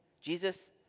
Jesus